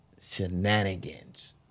shenanigans